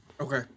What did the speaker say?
Okay